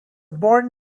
born